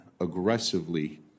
aggressively